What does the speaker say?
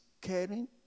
caring